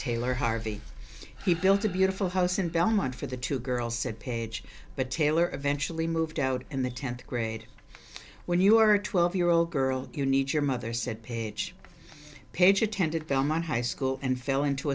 taylor harvey he built a beautiful house in belmont for the two girls said paige but taylor eventually moved out in the tenth grade when you were a twelve year old girl you need your mother said paige paige attended belmont high school and fell into